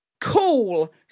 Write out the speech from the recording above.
cool